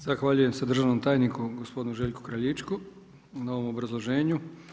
Zahvaljujem se državnom tajniku, gospodinu Željku Kraljičku, na ovome obrazloženju.